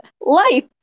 life